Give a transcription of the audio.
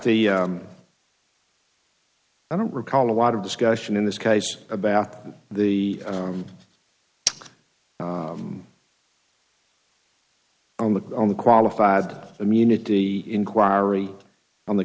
the i don't recall a lot of discussion in this case about the on the on the qualified immunity inquiry on the